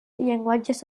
llenguatges